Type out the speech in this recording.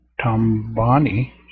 Tambani